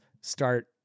start